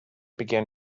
began